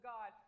God